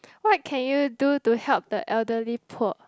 what can you do to help the elderly poor